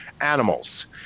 animals